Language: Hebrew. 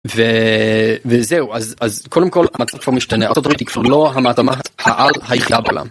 וזהו אז אז קודם כל המצב כבר משתנה ארה"ב היא כבר לא מעצמת העל היחידה בעולם.